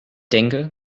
denke